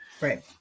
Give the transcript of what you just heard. Right